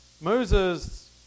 Moses